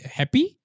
happy